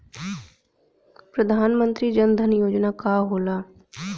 प्रधानमंत्री जन धन योजना का होला?